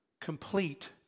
complete